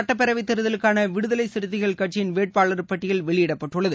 சுட்டப்பேரவைத் தேர்தலுக்கானவிடுதலைசிறுத்தைகள் கட்சியின் வேட்பாளர் பட்டியல் வெளியிடப்பட்டுள்ளது